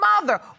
mother